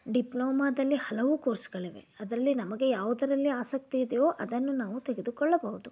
ಡಿಪ್ಲೋಮಾದಲ್ಲಿ ಹಲವು ಕೋರ್ಸ್ಗಳಿವೆ ಅದರಲ್ಲಿ ನಮಗೆ ಯಾವುದರಲ್ಲಿ ಆಸಕ್ತಿ ಇದೆಯೋ ಅದನ್ನು ನಾವು ತೆಗೆದುಕೊಳ್ಳಬಹುದು